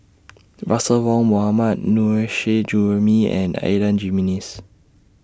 Russel Wong Mohammad Nurrasyid Juraimi and Adan Jimenez